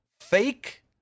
fake